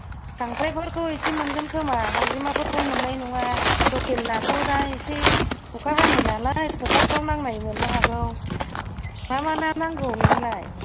खांख्राइफोरखौ एसे मोनगोनखोमा गांजेमाफोरखौ मोननाय नङा लकेल नाखौ दा एसे अखा हानाय नालाय खखाफोराव नांनाय मोननो हागौ मा मा ना नांगौ नोंनोलाय